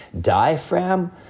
diaphragm